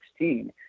2016